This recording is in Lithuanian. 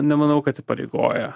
nemanau kad įpareigoja